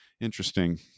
interesting